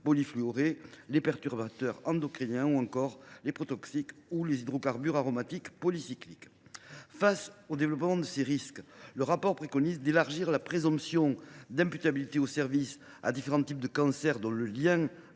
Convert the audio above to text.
(PFAS), les perturbateurs endocriniens, les protoxiques ou les hydrocarbures aromatiques polycycliques. Pour répondre au développement de ces risques, le rapport préconise d’élargir la présomption d’imputabilité au service aux types de cancer dont le lien